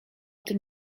tym